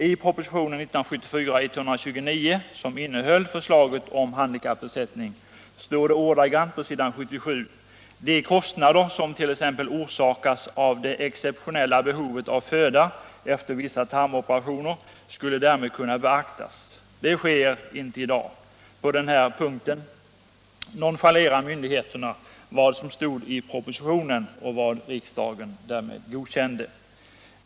I propositionen 1974:129, som innehöll förslaget om handikappersättning, står det ordagrant på s. 77: ”De kostnader som t.ex. orsakas av det exceptionella behovet av föda efter vissa tarmoperationer skulle därmed kunna beaktas.” Det sker inte i dag. På den här punkten nonchalerar myndigheterna vad som stod i propositionen och vad riksdagen godkände.